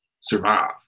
survive